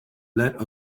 let